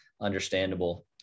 understandable